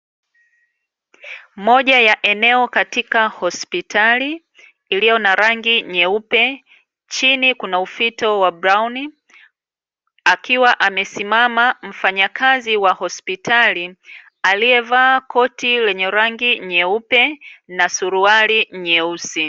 Moja ya eneo katika hospitali iliyo na rangi nyeupe, chini kuna ufito wa brauni, akiwa amesimama mfanyakazi wa hospitali aliyavaa koti lenye rangi nyeupe na suruali nyeusi.